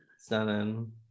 Stunning